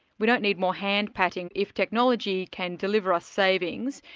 we don't need more hand-patting. if technology can deliver us savings,